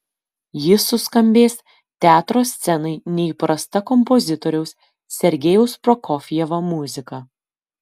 jis suskambės teatro scenai neįprasta kompozitoriaus sergejaus prokofjevo muzika